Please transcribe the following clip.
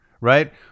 Right